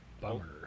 bummer